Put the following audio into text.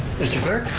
mr. clerk?